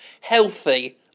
healthy